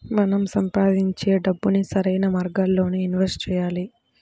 మనం సంపాదించే డబ్బుని సరైన మార్గాల్లోనే ఇన్వెస్ట్ చెయ్యాలి